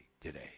today